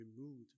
removed